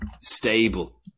stable